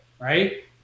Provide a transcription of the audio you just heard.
Right